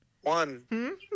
One